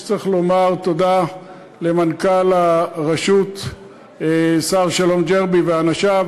צריך להגיד תודה למנכ"ל הרשות שר-שלום ג'רבי ולאנשיו